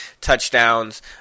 touchdowns